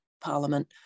parliament